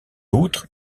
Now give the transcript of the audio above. outre